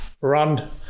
run